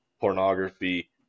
pornography